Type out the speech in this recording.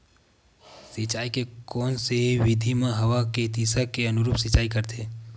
सिंचाई के कोन से विधि म हवा के दिशा के अनुरूप सिंचाई करथे?